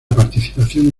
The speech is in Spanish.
participación